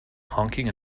honking